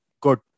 good